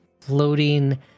floating